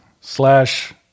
slash